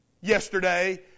yesterday